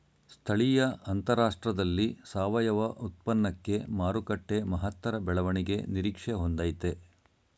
ಸ್ಥಳೀಯ ಅಂತಾರಾಷ್ಟ್ರದಲ್ಲಿ ಸಾವಯವ ಉತ್ಪನ್ನಕ್ಕೆ ಮಾರುಕಟ್ಟೆ ಮಹತ್ತರ ಬೆಳವಣಿಗೆ ನಿರೀಕ್ಷೆ ಹೊಂದಯ್ತೆ